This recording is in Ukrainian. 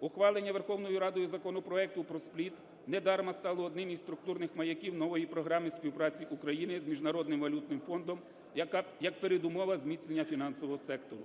Ухвалення Верховною Радою законопроекту про "спліт" недарма стало одним із структурних маяків нової програми співпраці України з Міжнародним валютним фондом як передумова зміцнення фінансового сектору,